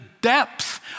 depth